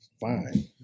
fine